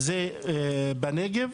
המציאות הכי קשה היא בנגב.